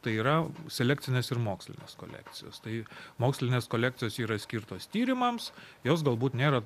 tai yra selekcinės ir mokslinės kolekcijos tai mokslinės kolekcijos yra skirtos tyrimams jos galbūt nėra